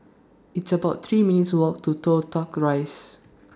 It's about three minutes' Walk to Toh Tuck Rise